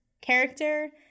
character